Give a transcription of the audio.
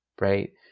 right